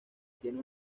tiene